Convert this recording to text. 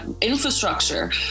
infrastructure